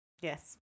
Yes